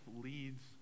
leads